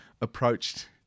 approached